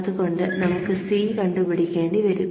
അതുകൊണ്ടു നമുക്ക് C കണ്ടുപിടിക്കേണ്ടി വരും